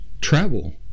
travel